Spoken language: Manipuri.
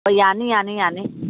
ꯍꯣꯏ ꯌꯥꯅꯤ ꯌꯥꯅꯤ ꯌꯥꯅꯤ